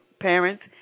parents